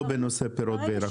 לא בנושא פירות ויקרות.